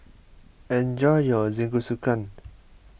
enjoy your Jingisukan